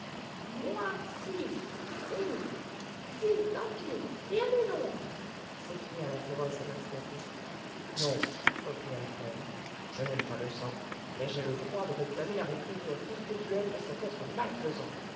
moi si si si tant pis et allez donc s'écria la féroce anastasie non reprit alfred je n'aime pas le sang mais j'ai le droit de réclamer la réclusion perpétuelle de cet être malfaisant